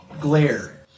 glare